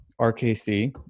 RKC